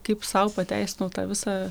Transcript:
kaip sau pateisinau tą visą